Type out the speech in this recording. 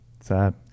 Sad